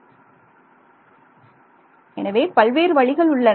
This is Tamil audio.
மாணவர் எனவே பல்வேறு வழிகள் உள்ளன